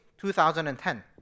2010